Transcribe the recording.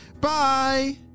Bye